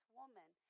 woman